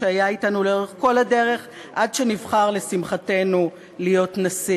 שהיה אתנו לאורך כל הדרך עד שנבחר לשמחתנו לנשיא.